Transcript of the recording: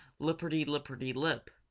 lipperty-lipperty-lip,